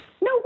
No